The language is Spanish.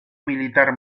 militar